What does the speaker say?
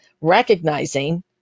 recognizing